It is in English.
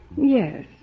Yes